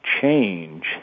change